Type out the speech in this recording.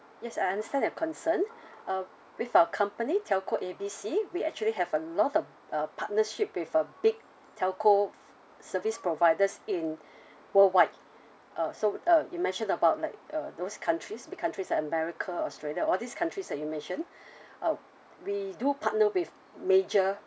yes I understand your concern uh with our company telco A B C we actually have a lot of uh partnership with a big telco service providers in worldwide uh so uh you mentioned about like uh those countries big countries like america australia all these countries that you mentioned uh we do partner with major